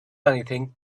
anything